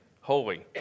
Holy